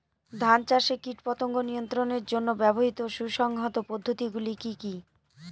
ধান চাষে কীটপতঙ্গ নিয়ন্ত্রণের জন্য ব্যবহৃত সুসংহত পদ্ধতিগুলি কি কি?